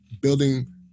Building